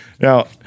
Now